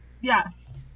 Yes